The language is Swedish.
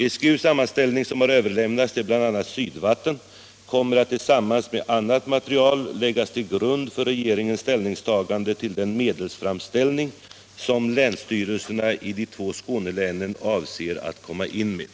SGU:s sammanställning, som har överlämnats till bl.a. Sydvatten, kommer att tillsammans med annat material läggas till grund för regeringens ställningstagande till den medelsframställning som länsstyrelserna i de två Skånelänen avser att komma in med.